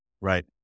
right